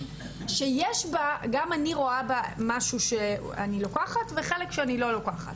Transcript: שגם אני רואה בה משהו שאני לוקחת וחלק שאני לא לוקחת.